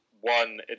one